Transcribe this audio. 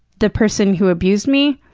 the person who abused me.